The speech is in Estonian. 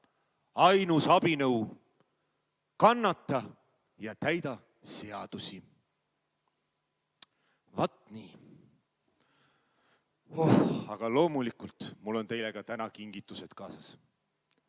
ainus abinõu: kannata ja täida seadusi. Vaat nii. Aga loomulikult on mul teile täna ka kingitused kaasas.